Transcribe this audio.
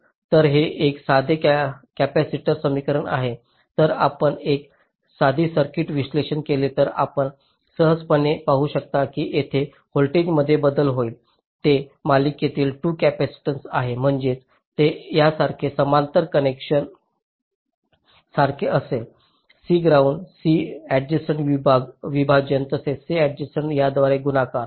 तर हे एक साधे कॅपेसिटर समीकरण आहे जर आपण एक साधी सर्किट विश्लेषण केले तर आपण सहजपणे पाहू शकता की येथे व्होल्टेजमध्ये बदल होईल ते मालिकेतील 2 कॅपॅसिटन्सस आहेत म्हणजेच हे यासारखे समांतर कनेक्शनसारखे असेल C ग्राउंड C ऍडजेसंट विभाजन तसेच C ऍडजेसंट याद्वारे गुणाकार